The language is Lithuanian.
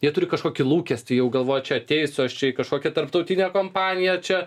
jie turi kažkokį lūkestį jau galvojau čia ateisiu čia į kažkokią tarptautinę kompaniją čia